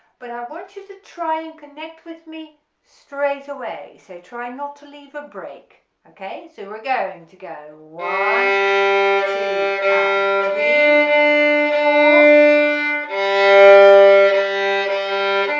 but i want you to try and connect with me straight away, so try not to leave a break okay so we're going to go one,